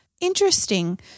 interesting